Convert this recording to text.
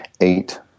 eight